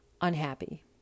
unhappy